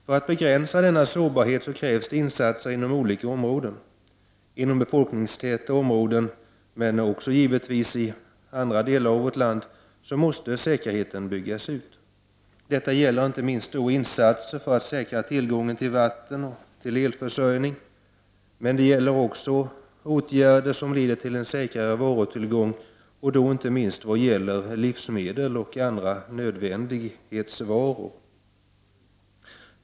För att begränsa denna sårbarhet krävs det insatser inom olika områden. I befolkningstäta områden, men givetvis även i andra delar av vårt land, måste säkerheten byggas ut. Detta gäller inte minst insatser för att säkra tillgången på vatten och el. Men det gäller också åtgärder som leder till en säkrare varutillgång, inte minst när det gäller livsmedel och andra nödvändighetsvaror.